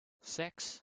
six